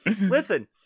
Listen